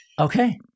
Okay